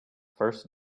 first